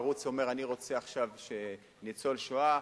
הערוץ אומר: אני רוצה עכשיו ניצול שואה,